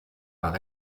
par